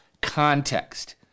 context